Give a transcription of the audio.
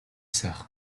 сайхан